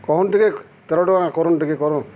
କହୁନ୍ ଟିକେ ତେର ଟଙ୍କା କରୁନ୍ ଟିକେ କରୁନ୍